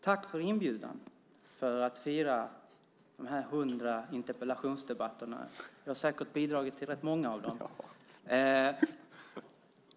Tack för inbjudan att fira de 100 interpellationsdebatterna! Jag har säkert bidragit till rätt många av dem.